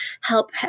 help